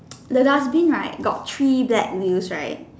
the dustbin right got three black wheels right